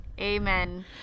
Amen